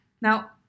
Now